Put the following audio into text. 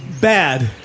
bad